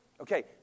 Okay